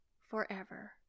forever